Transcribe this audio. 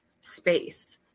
space